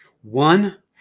One